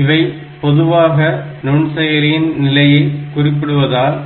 இவை பொதுவாக நுண்செயலியின் நிலையை குறிப்பிடுவதால்